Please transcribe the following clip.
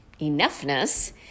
enoughness